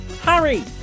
Harry